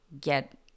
get